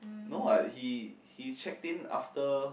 no what he he checked in after